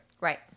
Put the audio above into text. Right